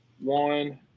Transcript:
one